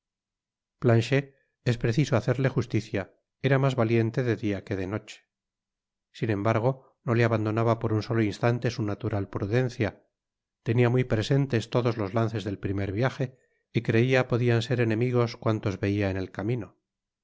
planchet es preciso hacerle justicia era mas valiente de dia que'de noche sin embargo no le abandonaba por un solo instante su natural prudencia tenia muy presentes todos los lances del primer viaje y creia podian ser enemigos cuantos veía en el camino